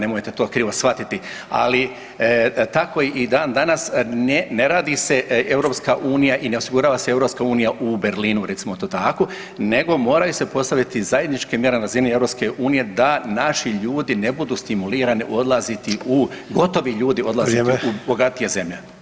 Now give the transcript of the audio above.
Nemojte to krivo shvatiti, ali tako i dan danas ne radi se EU i ne osigurava se EU u Berlinu recimo to tako, nego moraju se postavljati zajedničke mjere na razini EU da naši ljudi ne budu stimulirani odlaziti, gotovi ljudi odlaziti u bogatije zemlje.